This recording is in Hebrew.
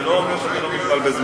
זה לא אומר שאתה לא מוגבל בזמן.